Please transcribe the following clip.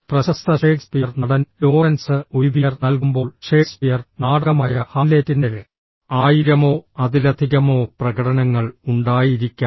പ്രശസ്ത ഷേക്സ്പിയർ നടൻ Laurence Olivier നൽകുമ്പോൾ ഷേക്സ്പിയർ നാടകമായ ഹാംലെറ്റിൻ്റെ ആയിരമോ അതിലധികമോ പ്രകടനങ്ങൾ ഉണ്ടായിരിക്കാം